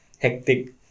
hectic